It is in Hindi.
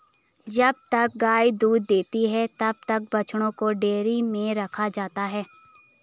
जब तक गाय दूध देती है तब तक बछड़ों को डेयरी में रखा जाता है